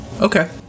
Okay